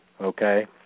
okay